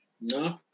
No